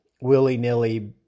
willy-nilly